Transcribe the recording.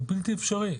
הוא בלתי אפשרי.